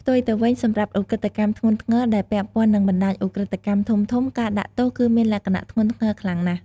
ផ្ទុយទៅវិញ សម្រាប់ឧក្រិដ្ឋកម្មធ្ងន់ធ្ងរ ដែលពាក់ព័ន្ធនឹងបណ្តាញឧក្រិដ្ឋកម្មធំៗ ការដាក់ទោសគឺមានលក្ខណៈ ធ្ងន់ធ្ងរខ្លាំងណាស់។